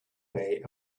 way